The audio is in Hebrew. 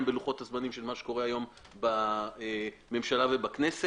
בלוחות הזמנים של מה שקורה היום בממשלה ובכנסת.